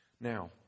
Now